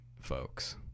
folks